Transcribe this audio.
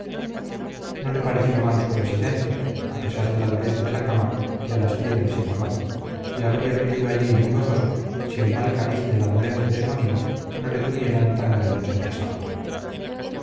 no le pareció mal su residencia a pesar de la dureza de la cama que a las piedras igualaba y habría vivido allí muy gozoso si el mal cariz de la dolencia de su amigo no le tuviera en tan grande